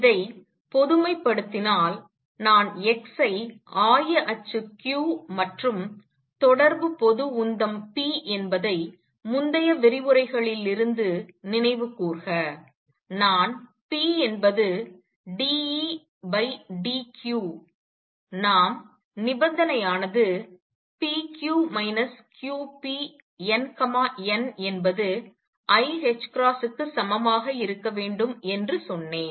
இதை பொதுமைப்படுத்தினால் நான் x ஐ ஆய அச்சு q மற்றும் தொடர்பு பொது உந்தம் p என்பதை முந்தைய விரிவுரைகளிலிருந்து நினைவு கூர்க நான் p என்பது d Ed q நாம் நிபந்தனை ஆனது n n என்பது i க்கு சமமாக இருக்க வேண்டும் என்று சொன்னேன்